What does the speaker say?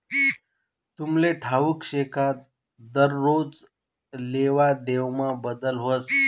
तुमले ठाऊक शे का दरोज लेवादेवामा बदल व्हस